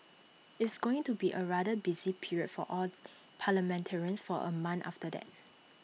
it's going to be A rather busy period for all parliamentarians for A month after that